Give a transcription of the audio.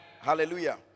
Hallelujah